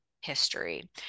history